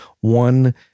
one